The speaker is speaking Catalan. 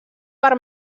per